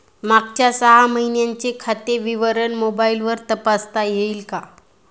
मागच्या सहा महिन्यांचे खाते विवरण मोबाइलवर तपासता येईल का?